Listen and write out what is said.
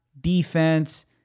defense